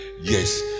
yes